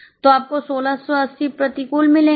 तो आपको 1680 प्रतिकूल मिलेंगे